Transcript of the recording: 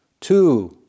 Two